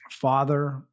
father